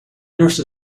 nurse